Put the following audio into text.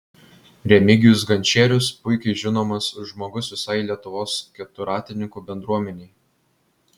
remigijus gančierius puikiai žinomas žmogus visai lietuvos keturratininkų bendruomenei